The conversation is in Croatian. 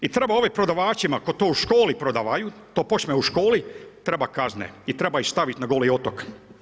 I treba ovim prodavačima koji to u školi prodavaju, to počme u školi treba kazne i treba ih stavit na Goli otok.